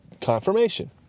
confirmation